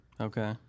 Okay